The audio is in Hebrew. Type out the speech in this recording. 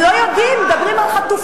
לא יודעים, מדברים על חטופים.